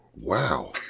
Wow